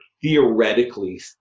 theoretically